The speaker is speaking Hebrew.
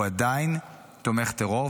הוא עדיין תומך טרור.